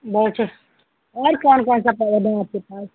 बहुत अच्छा और कौन कौेन सा पौधा है आपके पास